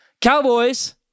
Cowboys